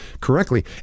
correctly